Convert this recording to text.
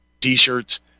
T-shirts